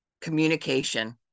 Communication